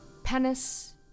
Penis